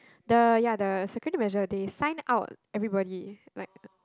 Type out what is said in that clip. the ya the security measure they sign out everybody like